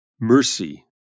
Mercy